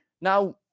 Now